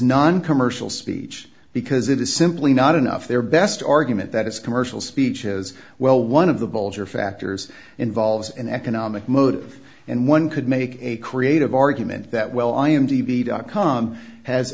noncommercial speech because it is simply not enough their best argument that it's commercial speech as well one of the vulgar factors involves an economic motive and one could make a creative argument that well i m t v dot com has